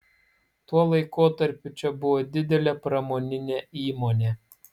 tuo laikotarpiu čia buvo didelė pramoninė įmonė